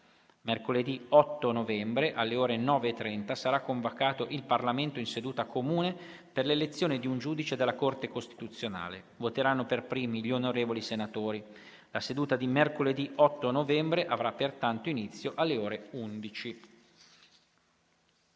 Mercoledì 8 novembre, alle ore 9,30, sarà convocato il Parlamento in seduta comune per l'elezione di un giudice della Corte costituzionale. Voteranno per primi gli onorevoli senatori. La seduta di mercoledì 8 novembre avrà pertanto inizio alle ore 11.